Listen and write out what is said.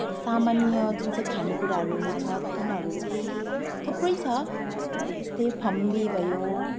सामान्य जुन चाहिँ खानेकुराहरू छ तिनीहरू चाहिँ थुप्रै छ जस्तै फम्बी भयो